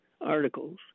articles